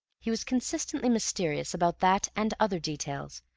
he was consistently mysterious about that and other details,